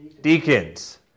Deacons